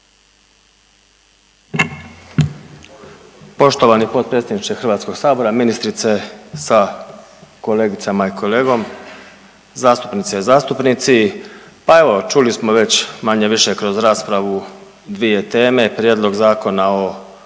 Poštovani potpredsjedniče Hrvatskog sabora, ministrice sa kolegicama i kolegom, zastupnice i zastupnici, pa evo čuli smo već manje-više kroz raspravu dvije teme, prijedlog Zakona o